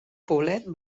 poblet